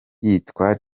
yitwa